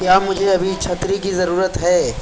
کیا مجھے ابھی چھتری کی ضرورت ہے